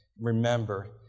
Remember